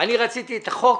אני רציתי את החוק.